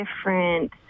different